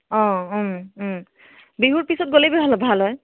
অঁ বিহুৰ পিছত গ'লেই বেছি ভাল হয়